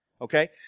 okay